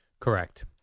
Correct